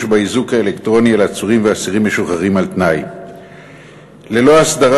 באיזוק האלקטרוני של עצורים ואסירים משוחררים על-תנאי ללא הסדרה